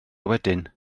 wedyn